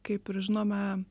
kaip ir žinome